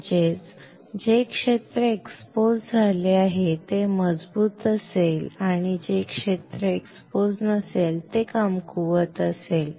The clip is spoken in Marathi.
म्हणजेच जे क्षेत्र एक्सपोज आले आहे ते मजबूत असेल आणि जे क्षेत्र एक्सपोज नसेल ते कमकुवत असेल